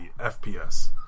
FPS